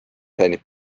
fännid